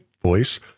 voice